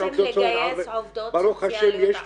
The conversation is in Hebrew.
הצלחתם לגייס עובדות סוציאליות --- יש